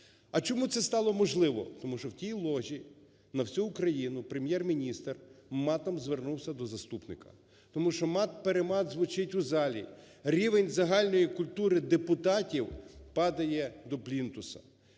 А чому це стало можливим? Тому що в тій ложі на всю Україну Прем'єр-міністр матом звернувся до заступника. Тому щомат-перемат звучить у залі, рівень загальної культури депутатів падає до плінтуса.